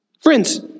Friends